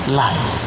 life